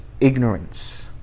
ignorance